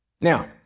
Now